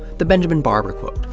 the benjamin barber quote,